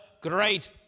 great